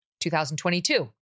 2022